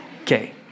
Okay